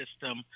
system